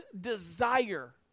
desire